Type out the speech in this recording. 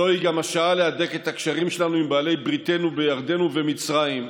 זוהי גם השעה להדק את הקשרים שלנו עם בעלי בריתנו בירדן ובמצרים,